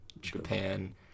Japan